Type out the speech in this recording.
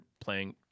playing